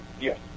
Yes